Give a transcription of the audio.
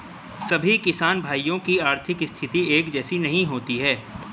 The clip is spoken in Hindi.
सभी किसान भाइयों की आर्थिक स्थिति एक जैसी नहीं होती है